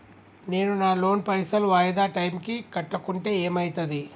నేను నా లోన్ పైసల్ వాయిదా టైం కి కట్టకుంటే ఏమైతది?